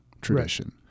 tradition